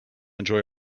enjoy